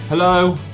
Hello